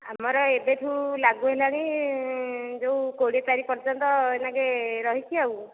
ଆମର ଏବେଠୁ ଲାଗୁ ହେଲାଣି ଯେଉଁ କୋଡ଼ିଏ ତାରିଖ ପର୍ଯ୍ୟନ୍ତ ଏହିନାକେ ରହିଛି ଆଉ